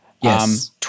Yes